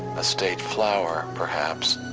a state flower perhaps,